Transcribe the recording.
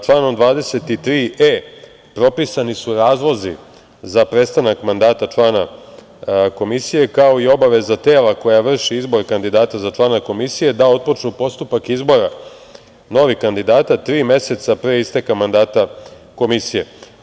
Članom 23e propisani su razlozi za prestanak mandata člana komisije, kao i obaveza tela koje vrši izbor kandidata za člana komisije da otpočnu postupak izbora novih kandidata tri meseca pre isteka mandata komisije.